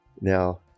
Now